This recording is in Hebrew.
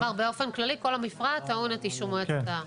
כלומר באופן כללי כל המפרט טעון את אישור מועצת הרשות.